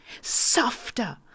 Softer